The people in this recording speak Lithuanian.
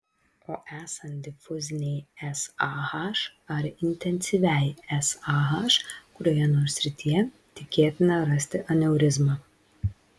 o esant difuzinei sah ar intensyviai sah kurioje nors srityje tikėtina rasti aneurizmą